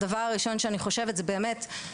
ראשית,